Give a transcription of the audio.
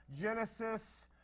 Genesis